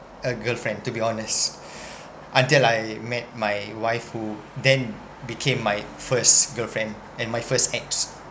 a girlfriend to be honest until I met my wife who then became my first girlfriend and my first ex